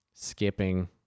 skipping